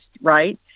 Right